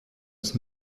ist